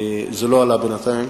זה לא עלה בינתיים.